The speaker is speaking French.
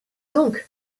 donc